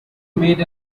made